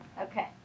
Okay